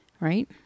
Right